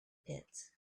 pits